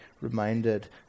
reminded